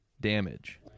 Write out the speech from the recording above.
damage